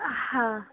ہاں